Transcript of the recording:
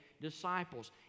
disciples